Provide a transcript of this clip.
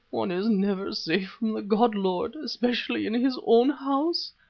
one is never safe from the god, lord, especially in his own house,